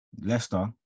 Leicester